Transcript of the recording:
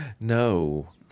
No